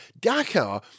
Dakar